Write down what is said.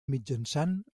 mitjançant